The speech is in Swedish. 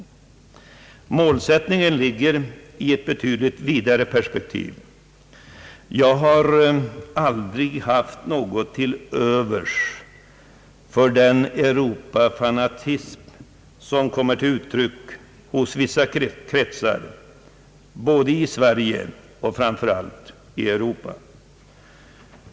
Slutmålet måste ses i ett betydligt vidare perspektiv. Jag har aldrig haft något till övers för den Europa-fanatism, som kommer till uttryck i vissa kretsar både i Sverige och framför allt ute i Europa.